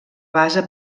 base